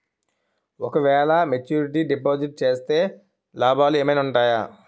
ఓ క వేల maturity deposit చేస్తే లాభాలు ఏమైనా ఉంటాయా?